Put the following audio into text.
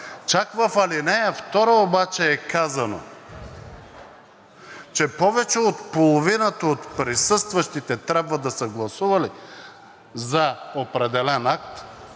Чак в ал. 2 обаче е казано, че повече от половината от присъстващите трябва да са гласували за определен акт,